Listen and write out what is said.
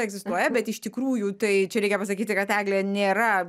egzistuoja bet iš tikrųjų tai čia reikia pasakyti kad eglė nėra